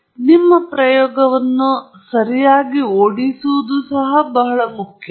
ಈಗ ನಿಮ್ಮ ಪ್ರಯೋಗವನ್ನು ಸರಿಯಾಗಿ ಓಡಿಸುವುದಕ್ಕೂ ಸಹ ಇದು ಬಹಳ ಮುಖ್ಯ